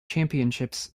championships